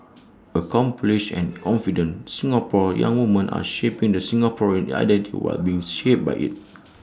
accomplished and confident Singapore's young woman are shaping the Singaporean identity while being shaped by IT